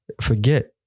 forget